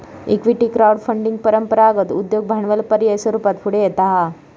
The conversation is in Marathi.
इक्विटी क्राउड फंडिंग परंपरागत उद्योग भांडवल पर्याय स्वरूपात पुढे येता हा